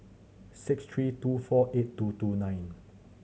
six three two four eight two two nine